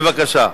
בבקשה.